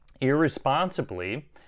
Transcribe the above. irresponsibly